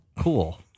Cool